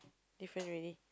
different already